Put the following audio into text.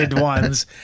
ones